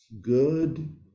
Good